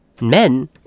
Men